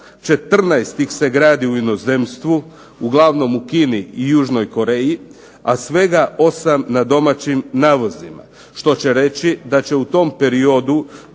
14 ih se gradi u inozemstvu uglavnom u Kini i Južnoj Koreji a svega 8 na domaćim navozima, što će reći da će u tom periodu